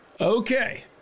okay